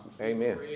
Amen